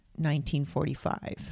1945